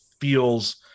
feels